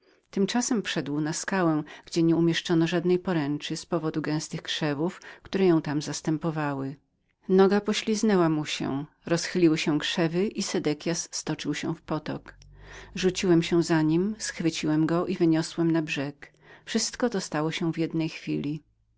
tymczasem wszedł na skałę gdzie nie postawiono żadnego płotu z powodu gęstych krzewów które go zastępowały noga pośliznęła mu się rozchyliły się krzewy i sedekias stoczył się w potok rzuciłem się za nim schwyciłem go i wyniosłem na brzeg wszystko to stało się w jednej chwili